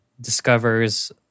discovers